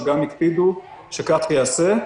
שגם הקפידו שכך ייעשה.